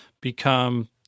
become